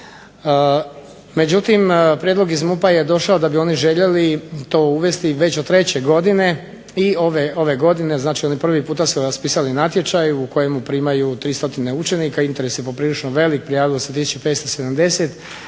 Međutim, prijedlog iz MUP je došao da bi oni to željeli uvesti već od treće godine. I ove godine znači oni su prvi puta raspisali natječaj u kojem primaju 300 učenika. Interes je poprilično veliki, prijavilo se